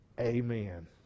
Amen